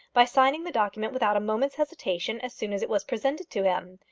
by signing the document without a moment's hesitation as soon as it was presented to him,